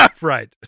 Right